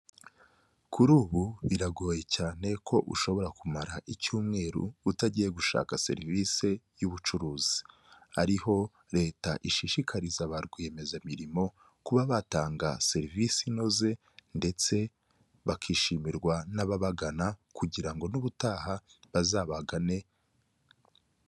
Kuri ubu biragoye cyane ko ushobora kumara icyumweru utagiye gushaka serivisi y'ubucuruzi, ariho leta ishishikariza ba rwiyemezamirimo kuba batanga serivisi inoze ndetse bakishimirwa n'ababagana, kugira ngo n'ubutaha bazabagane.